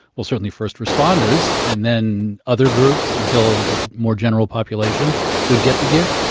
well, certainly first responders, and then other groups, until the more general population would get the gear?